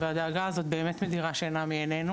והדאגה הזאת באמת מדירה שינה מענינו,